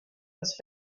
was